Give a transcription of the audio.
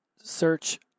search